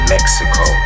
Mexico